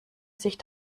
sich